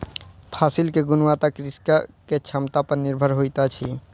फसिल के गुणवत्ता कृषक के क्षमता पर निर्भर होइत अछि